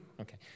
Okay